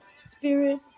Spirit